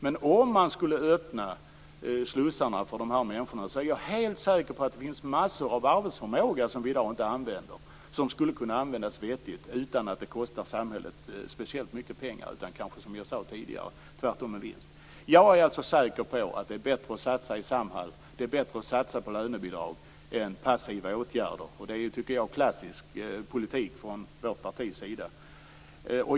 Men om man skulle öppna slussarna för de här människorna, är jag helt säker på att det hos dem finns massor av arbetsförmåga som vi i dag inte använder men som skulle kunna användas vettigt utan att det kostar samhället speciellt mycket pengar utan, som jag sade tidigare, tvärtom med vinst. Jag är säker på att det är bättre att satsa i Samhall och på lönebidrag än på passiva åtgärder. Det är klassisk politik från vårt partis sida.